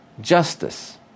justice